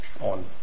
on